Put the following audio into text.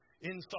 inside